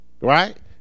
right